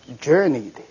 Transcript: journeyed